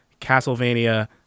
Castlevania